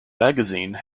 magazine